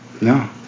No